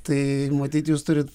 tai matyt jūs turit